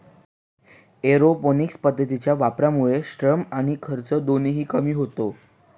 aeroponics पद्धतीच्या वापरामुळे श्रम आणि खर्च दोन्ही कमी होतात